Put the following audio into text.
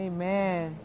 Amen